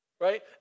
Right